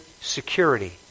security